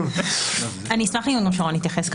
אשמח ששרון יתייחס,